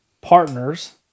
partners